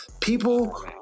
People